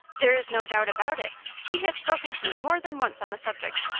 there is no doubt about it. he has spoken to me more than once on the subject.